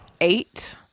eight